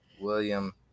William